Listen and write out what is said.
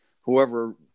whoever